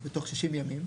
בתוך 60 ימים.